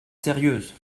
sérieuses